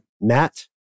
Matt